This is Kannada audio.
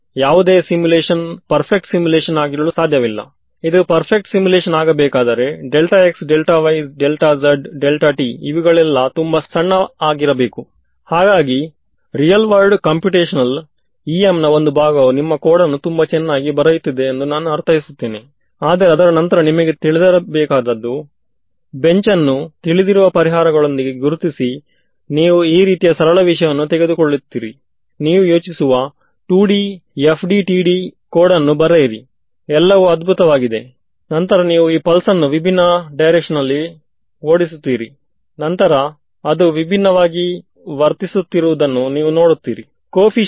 ಸೋ ಈ ಕೇಸಿನಲ್ಲಿ ಒಮ್ಮೆ ಕಾಂಟೂರನ್ನು ಯಾವ ರೀತಿ ತೆಗೆದುಕೊಂಡಿದ್ದೇನೆ ಎಂದರೆ ನೀವು ಸ್ವಲ್ಪ ಹಿಂದಿನ ಗ್ರೀನ್ಸ್ ಫಂಕ್ಷನ್ ಚರ್ಚೆಯನ್ನು ನೆನಪು ಮಾಡಿದರೆ ನಾನು ಸ್ಪೇಸ್ ನ್ನು 2 ವೋಲಿವ್ಮ್ V1 ಮತ್ತು V2 ಆಗಿ ವಿಂಗಡಿಸಿದ್ದೇನೆ ಹೈಗನ್ಸ್ ತತ್ವದಲ್ಲಿ ಹೊರಗಿನ ರೀಜನ್ನ ಫೀಲ್ಡ್ ಕಂಡುಹಿಡಿಯಲು ನನಗೆ ಯಾವ ಗ್ರೀನ್ಸ್ ಫಂಕ್ಷನ್ ಬೇಕಾಗುವುದು ಹೊರಗಡೆಯ ರೀಜನ್ ಅಥವಾ ಒಳಗಡೆಯ ರೀಜನ್